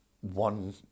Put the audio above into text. one